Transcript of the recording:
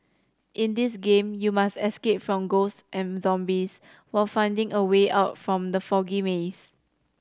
in this game you must escape from ghosts and zombies while finding a way out from the foggy maze